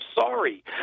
sorry